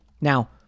Now